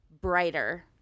brighter